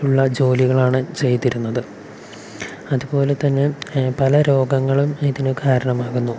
ഉള്ള ജോലികളാണ് ചെയ്തിരുന്നത് അതുപോലെത്തന്നെ പല രോഗങ്ങളും ഇതിന് കാരണമാകുന്നു